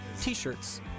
t-shirts